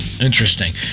Interesting